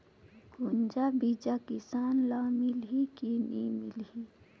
गुनजा बिजा किसान ल मिलही की नी मिलही?